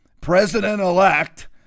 president-elect